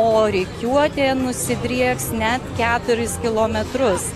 o rikiuotė nusidrieks net keturis kilometrus